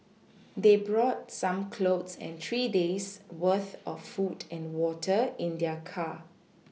they brought some clothes and three days' worth of food and water in their car